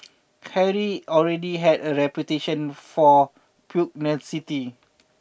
Harry already had a reputation for pugnacity